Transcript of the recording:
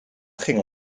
ging